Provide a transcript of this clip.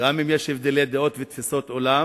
גם אם יש הבדלי דעות ותפיסות עולם,